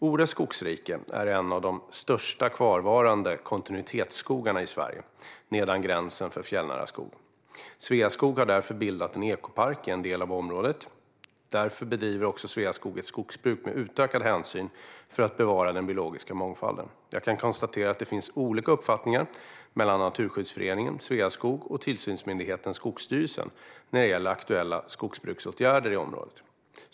Ore skogsrike är en av de största kvarvarande kontinuitetsskogarna i Sverige nedan gränsen för fjällnära skog. Sveaskog har därför bildat en ekopark i en del av området. Därför bedriver också Sveaskog ett skogsbruk med utökad hänsyn för att bevara den biologiska mångfalden. Jag kan konstatera att det finns olika uppfattningar mellan Naturskyddsföreningen, Sveaskog och tillsynsmyndigheten Skogsstyrelsen när det gäller aktuella skogsbruksåtgärder i området.